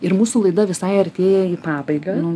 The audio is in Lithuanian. ir mūsų laida visai artėja į pabaigą